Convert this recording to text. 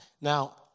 Now